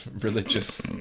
religious